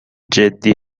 جدی